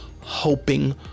hoping